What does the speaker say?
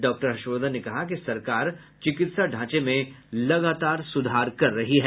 doctor Harshvardhan ने कहा कि सरकार चिकित्सा ढांचे में लगातार सुधार कर रही है